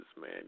man